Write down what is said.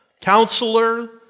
Counselor